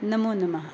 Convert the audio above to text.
नमोनमः